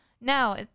No